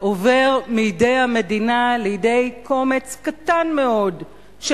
עובר מידי המדינה לידי קומץ קטן מאוד של